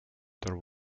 there